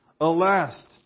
Alas